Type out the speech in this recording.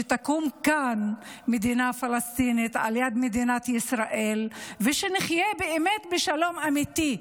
שתקום כאן מדינה פלסטינית על יד מדינת ישראל ושנחיה באמת בשלום אמיתי.